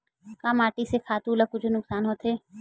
का माटी से खातु ला कुछु नुकसान होथे?